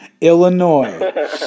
Illinois